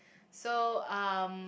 so um